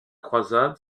croisade